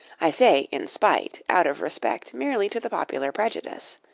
i say in spite out of respect merely to the popular prejudice.